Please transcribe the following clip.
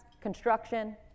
construction